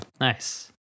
nice